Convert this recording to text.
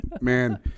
Man